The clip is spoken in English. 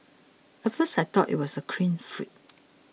at first I thought he was a clean freak